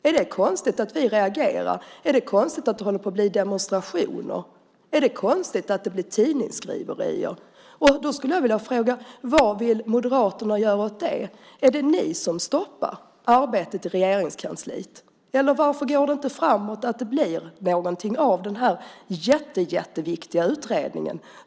Är det då konstigt att vi reagerar? Är det konstigt att det håller på att bli demonstrationer? Är det konstigt att det blir tidningsskriverier? Då skulle jag vilja fråga: Vad vill Moderaterna göra åt det? Är det ni som stoppar arbetet i Regeringskansliet, eller varför går det inte framåt och blir någonting av den här jätteviktiga utredningen?